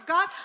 God